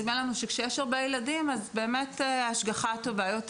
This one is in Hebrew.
נדמה לנו שכשיש הרבה ילדים, ההשגחה טובה יותר.